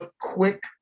quick